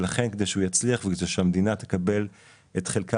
לכן כדי שהוא יצליח וכדי שהמדינה תקבל את חלקה